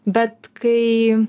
bet kai